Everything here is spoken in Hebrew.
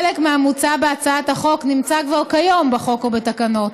חלק מהמוצע בהצעת החוק נמצא כבר כיום בחוק או בתקנות,